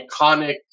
iconic